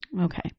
Okay